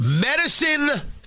Medicine